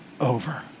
over